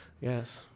Yes